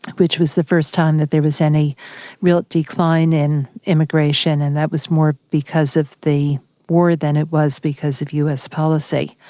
which was the first time that there was any real decline in immigration and that was more because of the war than it was because of us policy.